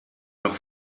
doch